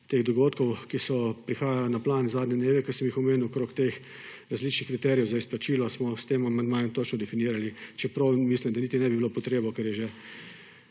teh dogodkov, ki prihajajo na plan zadnje dneve, ki sem jih omenil okrog teh različnih kriterijev za izplačilo. S tem amandmajem smo to še definirali. Čeprav mislim, da niti ne bi bilo potrebno, ker je že